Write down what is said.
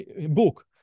book